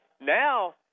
Now